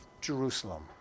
Jerusalem